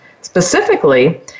Specifically